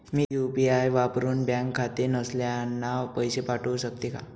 मी UPI वापरुन bank खाते नसलेल्यांना पैसे पाठवू शकते का?